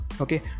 Okay